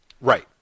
Right